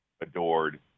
adored